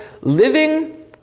living